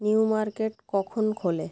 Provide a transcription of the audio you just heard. New Market কখন খোলে